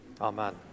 amen